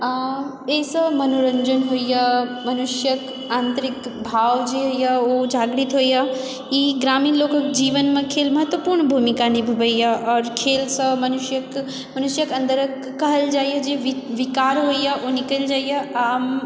आ एहिसँ मनोरञ्जन होइए मनुष्यक आन्तरिक भाव जे होइए ओ जागृत होइए ई ग्रामीण लोकक जीवनमे खेल महत्वपुर्ण भुमिका निभबैए आओर खेलसँ मनुष्यक अन्दर कहल जाइए जे विकार होइए ओ निकलि जाइए